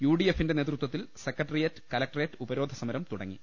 U D എഫിന്റെ നേതൃത്വത്തിൽ secretariat collectorate ഉപരോധ സമരം തുടങ്ങി